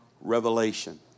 revelation